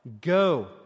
go